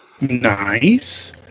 nice